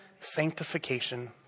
Sanctification